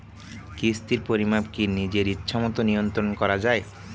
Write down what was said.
কিস্তির পরিমাণ কি নিজের ইচ্ছামত নিয়ন্ত্রণ করা যায়?